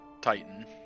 Titan